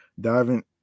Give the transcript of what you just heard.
diving